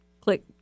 click